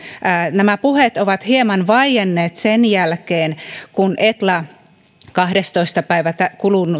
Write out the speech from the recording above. nämä puheet ovat hieman vaienneet sen jälkeen kun etla kahdestoista päivä kuluvaa